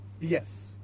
Yes